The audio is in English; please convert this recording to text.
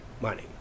money